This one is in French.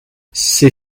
ces